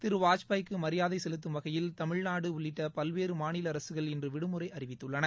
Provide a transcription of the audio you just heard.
திரு வாஜ்பாய்க்கு மரியாதை செலுத்தும் வகையில் தமிழ்நாடு உள்ளிட்ட பல்வேறு மாநில அரசுகள் இன்று விடுமுறை அறிவித்துள்ளன